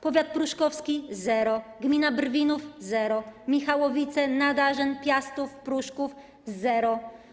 Powiat pruszkowski - zero, gmina Brwinów - zero, Michałowice, Nadarzyn, Piastów, Pruszków - zero.